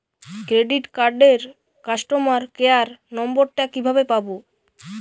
Credit কার্ডের customer care number টা কিভাবে পাবো?